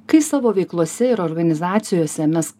kai savo veiklose ir organizacijose mes